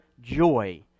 joy